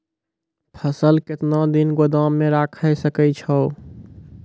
फसल केतना दिन गोदाम मे राखै सकै छौ?